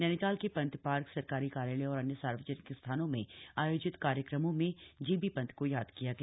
नैनीताल के संत सार्क सरकारी कार्यालयों और अन्य सार्वजनिक स्थानों में आयोजित कार्यक्रमों में जीबी ांत को याद किया गया